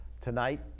Tonight